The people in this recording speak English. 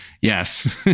Yes